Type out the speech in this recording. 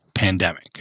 Pandemic